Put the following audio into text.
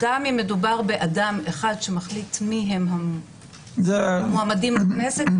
גם אם מדובר באדם אחד שמחליט מי הם המועמדים לכנסת,